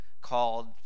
called